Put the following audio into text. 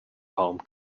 home